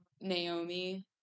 Naomi